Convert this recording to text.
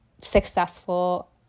successful